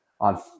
on